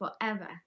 forever